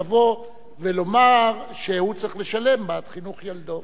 לבוא ולומר שהוא צריך לשלם בעד חינוך ילדו.